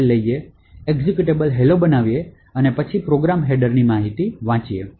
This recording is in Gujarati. ફાઇલ લઈએ એક્ઝેક્યુટેબલ hello બનાવીએ અને પછી પ્રોગ્રામ હેડર માહિતી વાંચીએ